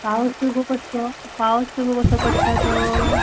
पावस पळय गो कसो पावस पळय गो कसो पडटा तो